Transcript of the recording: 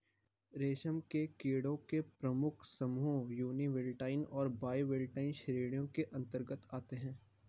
रेशम के कीड़ों के प्रमुख समूह यूनिवोल्टाइन और बाइवोल्टाइन श्रेणियों के अंतर्गत आते हैं